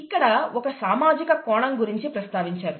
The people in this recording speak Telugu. ఇక్కడ ఒక సామాజిక కోణం గురించి ప్రస్తావించారు